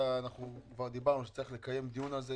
דיברנו כבר שצריך לקיים דיון על זה,